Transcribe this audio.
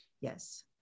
Yes